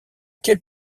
quel